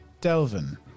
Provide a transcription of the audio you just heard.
Delvin